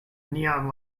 neon